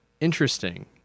Interesting